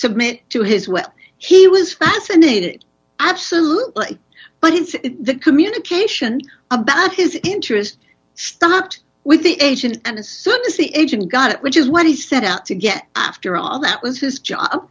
submit to his well he was fascinated absolutely but in the communication about his interest start with the agent and as soon as the agent got it which is what he set out to get after all that was his job